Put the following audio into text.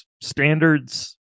standards